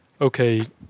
okay